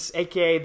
aka